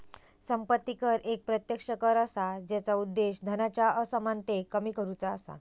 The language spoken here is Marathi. संपत्ती कर एक प्रत्यक्ष कर असा जेचा उद्देश धनाच्या असमानतेक कमी करुचा असा